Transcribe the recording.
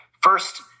first